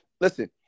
Listen